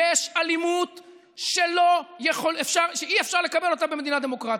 יש אלימות שאי-אפשר לקבל אותה במדינה דמוקרטית.